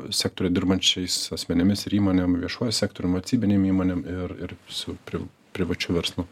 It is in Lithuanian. sektoriuj dirbančiais asmenimis ir įmonėm viešuoju sektorium valstybinėm įmonėm ir ir su pri privačiu verslu